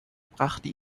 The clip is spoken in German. brachte